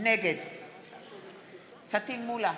נגד פטין מולא,